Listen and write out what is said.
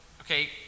okay